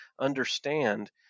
understand